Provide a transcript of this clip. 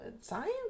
Science